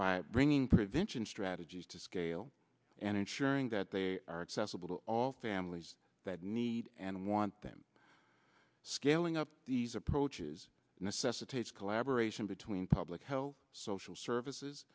by bringing prevention strategies to scale and ensuring that they are accessible to all families that need and want them scaling up these approaches necessitates collaboration between public health social services